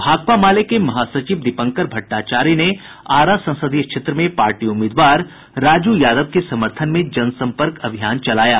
भाकपा माले के महासचिव दीपंकर भट्टाचार्य आरा संसदीय क्षेत्र में पार्टी उम्मीदवार राजू यादव के समर्थन में जनसंपर्क अभियान चला रहे हैं